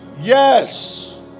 Yes